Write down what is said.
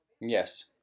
Yes